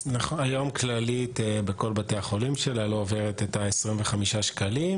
היום כללית בכל בתי החולים שלה לא עוברת את ה-25 שקלים.